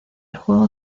juego